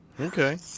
Okay